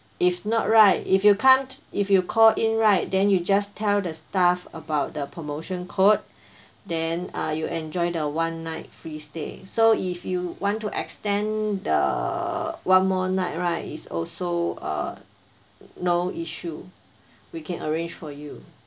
if not right if you can't if you call in right then you just tell the staff about the promotion code then uh you enjoy the one night free stay so if you want to extend the one more night right is also uh no issue we can arrange for you